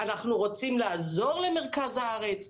אנחנו רוצים לעזור למרכז הארץ,